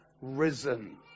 risen